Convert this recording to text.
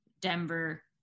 Denver